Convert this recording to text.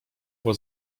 była